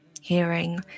hearing